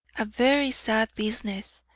a very sad business!